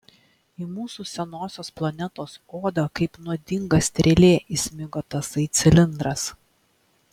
į mūsų senosios planetos odą kaip nuodinga strėlė įsmigo tasai cilindras